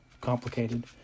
complicated